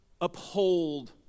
uphold